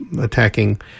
attacking